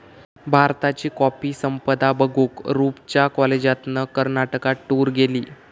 भारताची कॉफी संपदा बघूक रूपच्या कॉलेजातना कर्नाटकात टूर गेली